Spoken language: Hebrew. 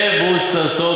מבוססות,